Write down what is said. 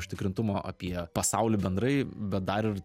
užtikrintumo apie pasaulį bendrai bet dar ir